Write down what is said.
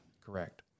Correct